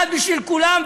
אחד בשביל כולם,